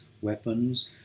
weapons